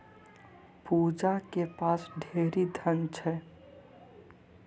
पूजा के पास ढेरी धन छै